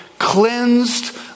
cleansed